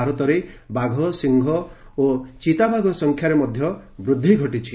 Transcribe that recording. ଭାରତରେ ବାଘ ସିଂହ ଓ ଚିତାବାଘ ସଂଖ୍ୟାରେ ମଧ୍ୟ ବୃଦ୍ଧି ଘଟିଛି